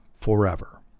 forever